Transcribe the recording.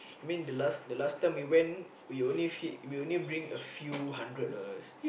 mean the last the last time we went we only feed we only bring a few hundred dollars